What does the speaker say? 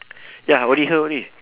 ya only her only